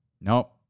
Nope